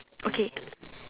okay